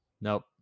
Nope